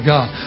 God